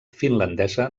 finlandesa